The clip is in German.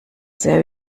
sehr